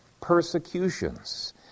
persecutions